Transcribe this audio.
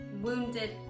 wounded